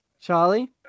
Charlie